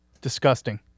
disgusting